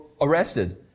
arrested